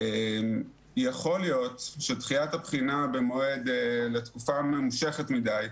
כי יכול להיות שדחיית הבחינה לתקופה ממושכת מדי,